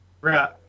Right